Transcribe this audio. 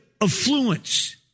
affluence